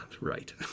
right